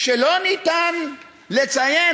שלא ניתן לציין,